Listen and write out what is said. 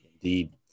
Indeed